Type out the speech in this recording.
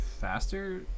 faster